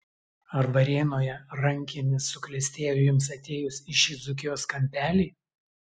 ar varėnoje rankinis suklestėjo jums atėjus į šį dzūkijos kampelį